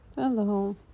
Hello